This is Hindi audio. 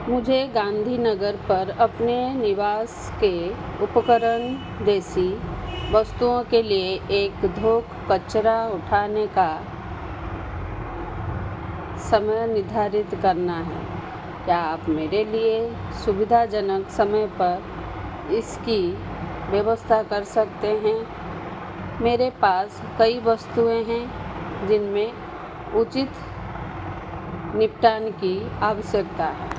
मुझे गांधी नगर पर अपने निवास के उपकरण जैसी वस्तुओं के लिए एक थोस कचरा उठाने का समय निर्धारित करना है क्या आप मेरे लिए सुविधाजनक समय पर इसकी व्यवस्था कर सकते हैं मेरे पास कई वस्तुएँ हैं जिनमें उचित निपटान की आवश्यकता है